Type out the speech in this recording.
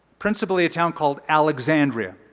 principally, a town called alexandria,